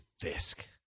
Fisk